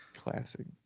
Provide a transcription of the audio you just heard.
Classic